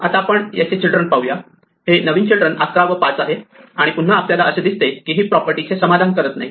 आता आपण याचे चिल्ड्रन पाहूया हे नवीन चिल्ड्रन 11 व 5 आहे आणि पुन्हा आपल्याला असे दिसते की हे हिप प्रॉपर्टी चे समाधान करत नाही